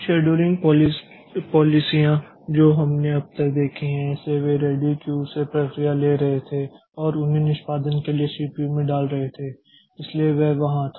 scheduling पॉलिसीयाँ जो हमने अब तक देखी हैं इसलिए वे रेडी क्यू से प्रक्रिया ले रहे थे और उन्हें निष्पादन के लिए सीपीयू में डाल रहे थे इसलिए वह वहाँ था